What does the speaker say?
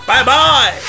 Bye-bye